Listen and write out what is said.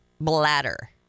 bladder